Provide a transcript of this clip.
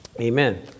Amen